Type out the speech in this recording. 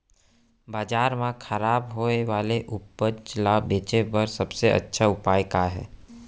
बाजार मा खराब होय वाले उपज ला बेचे बर सबसे अच्छा उपाय का हे?